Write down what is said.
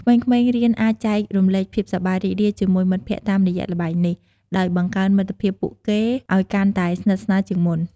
ក្មេងៗរៀនអាចចែករំលែកភាពសប្បាយរីករាយជាមួយមិត្តភក្តិតាមរយៈល្បែងនេះ ដោយបង្កើនមិត្តភាពពួកគេឲ្យកាន់តែស្និតស្នាលជាងមុន។